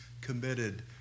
committed